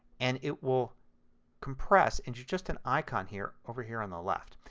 and it will compress into just an icon here, over here on the left.